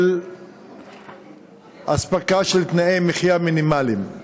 של אספקה של תנאי מחיה מינימליים.